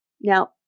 Now